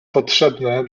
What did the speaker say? potrzebne